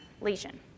lesion